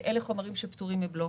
חומרים שפטורים מבלו.